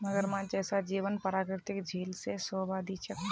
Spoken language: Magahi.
मगरमच्छ जैसा जीव प्राकृतिक झील त शोभा दी छेक